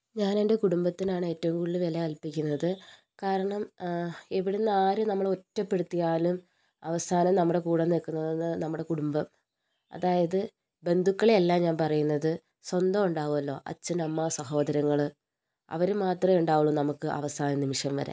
ഞാനെന്റെ കുടുംബത്തിനാണ് ഏറ്റവും കൂടുതൽ വില കൽപ്പിക്കുന്നത് കാരണം എവിടെ നിന്ന് ആര് നമ്മളെ ഒറ്റപ്പെടുത്തിയാലും അവസാനം നമ്മുടെ കൂടെ നിൽക്കുന്നത് നമ്മുടെ കുടുംബം അതായത് ബന്ധുക്കളെ അല്ല ഞാൻ പറയുന്നത് സ്വന്തം ഉണ്ടാകുമല്ലോ അച്ഛൻ അമ്മ സഹോദരങ്ങൾ അവർ മാത്രമേ ഉണ്ടാവുകയുള്ളൂ നമുക്ക് അവസാനം നിമിഷം വരെ